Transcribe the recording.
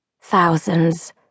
Thousands